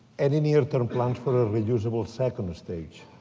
any interim plans for a reusable second stage